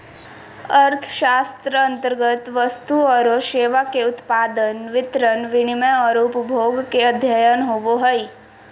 अर्थशास्त्र अन्तर्गत वस्तु औरो सेवा के उत्पादन, वितरण, विनिमय औरो उपभोग के अध्ययन होवो हइ